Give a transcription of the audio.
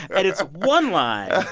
and it's one line.